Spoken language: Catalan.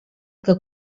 que